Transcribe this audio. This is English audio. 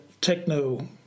techno